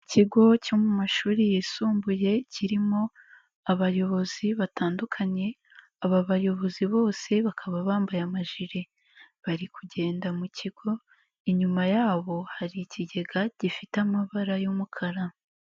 lkigo cyo mu mashuri yisumbuye kirimo abayobozi batandukanye, aba bayobozi bose bakaba bambaye amajire, bari kugenda mu kigo, inyuma yabo hari ikigega gifite amabara y'umukara.